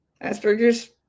Asperger's